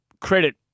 credit